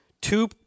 two